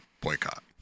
boycott